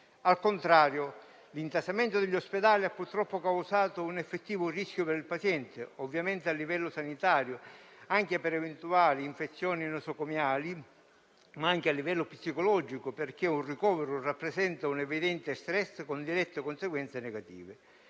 Al contrario, l'intasamento degli ospedali ha purtroppo causato un effettivo rischio per il paziente, ovviamente a livello sanitario, anche per eventuali infezioni nosocomiali, ma anche a livello psicologico, perché un ricovero rappresenta un evidente stress con dirette conseguenze negative.